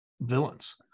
villains